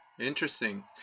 Interesting